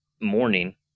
morning